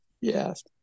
Yes